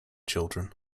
children